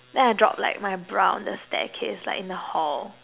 then I drop like my bra on the staircase like in the hall